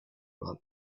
about